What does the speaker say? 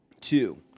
Two